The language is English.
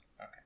Okay